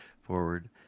forward